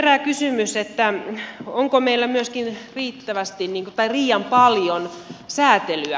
herää kysymys onko meillä myöskin riittävästi tai liian paljon säätelyä